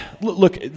look